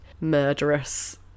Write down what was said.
murderous